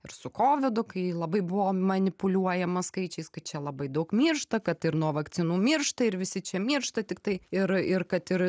ir su kovidu kai labai buvo manipuliuojama skaičiais kad čia labai daug miršta kad ir nuo vakcinų miršta ir visi čia miršta tiktai ir ir kad ir